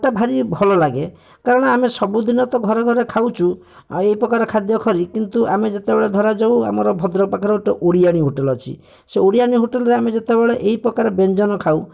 ଭାରି ଭଲଲାଗେ କାରଣ ଆମେ ସବୁଦିନ ତ ଘରେ ଖାଉଛୁ ଆଉ ଏପ୍ରକାର ଖାଦ୍ୟ କରି କିନ୍ତୁ ଆମେ ଯେତେବେଳେ ଧରାଯାଉ ଆମର ଭଦ୍ରକ ପାଖରେ ଗୋଟିଏ ଓଡ଼ିଆଣି ହୋଟେଲ ଅଛି ସେ ଓଡ଼ିଆଣି ହୋଟେଲରେ ଆମେ ଯେତେବେଳେ ଏହିପକାର ବ୍ୟଞ୍ଜନ ଖାଉ